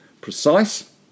precise